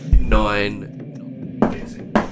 nine